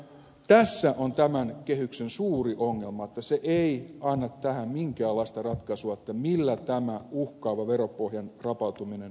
tässä on tämän kehyksen suuri ongelma että se ei anna minkäänlaista ratkaisua siihen millä tämä uhkaava veropohjan rapautuminen poistetaan